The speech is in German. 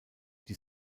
die